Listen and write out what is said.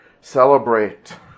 celebrate